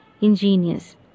Ingenious